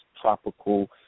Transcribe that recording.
tropical